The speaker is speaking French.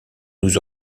nous